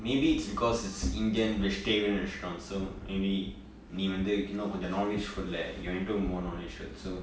maybe it's because it's indian vegetarian restaurant so maybe நீ வந்து இன்னொ கொன்ஜொ:nee vanthu inno konjo non veg food you're into more non veg food so